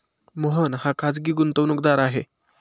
मोहन हा खाजगी गुंतवणूकदार आहे